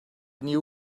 new